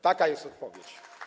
Taka jest odpowiedź.